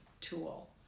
tool